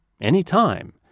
anytime